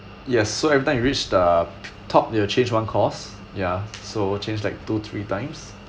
yes so every time you reach the top they will change one course ya so change like two three times